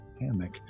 hammock